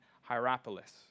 Hierapolis